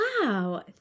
wow